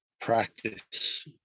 practice